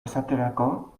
esaterako